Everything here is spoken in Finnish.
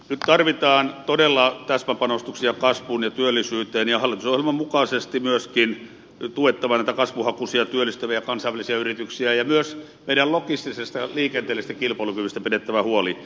nyt tarvitaan todella täsmäpanostuksia kasvuun ja työllisyyteen ja on hallitusohjelman mukaisesti myöskin tuettava näitä kasvuhakuisia työllistäviä kansainvälisiä yrityksiä ja myös meidän logistisesta liikenteellisestä kilpailukyvystä pidettävä huoli